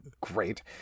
great